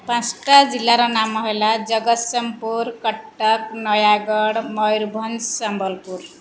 ପାଞ୍ଚଟା ଜିଲ୍ଲାର ନାମ ହେଲା ଜଗତସିଂହପୁର କଟକ ନୟାଗଡ଼ ମୟୂରଭଞ୍ଜ ସମ୍ବଲପୁର